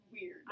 weird